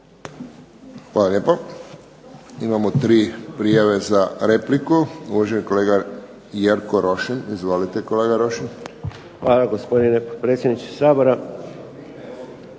Hvala lijepo. Imamo tri prijave za repliku. Uvaženi kolega Jerko Rošin. Izvolite kolega Rošin. **Rošin, Jerko (HDZ)** Hvala